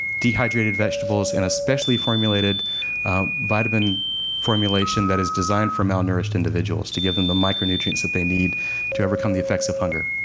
dehydrated vegetables, and a specially formulated vitamin formulation that is designed for malnourished individuals, to give them the micronutrients that they need to overcome the effects of hunger.